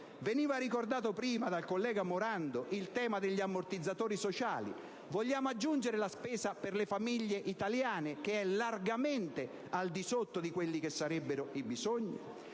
Veniva ricordato prima dal collega Morando il tema degli ammortizzatori sociali. Vogliamo aggiungere la spesa per le famiglie italiane, che è largamente al di sotto di quelli che sarebbero i bisogni?